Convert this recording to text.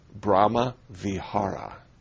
Brahma-Vihara